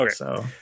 Okay